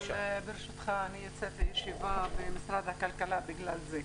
ברשותך, אני יוצאת לישיבה במשרד הכלכלה בגלל זה.